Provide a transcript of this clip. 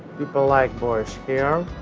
people like borscht here,